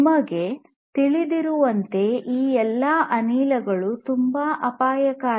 ನಿಮಗೆ ತಿಳಿದಿರುವಂತೆ ಈ ಎಲ್ಲಾ ಅನಿಲಗಳು ತುಂಬಾ ಅಪಾಯಕಾರಿ